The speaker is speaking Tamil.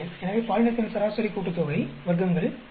எனவே பாலினத்தின் சராசரி கூட்டுத்தொகை வர்க்கங்கள் 561